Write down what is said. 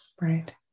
right